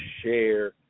share